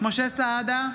משה סעדה,